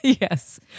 Yes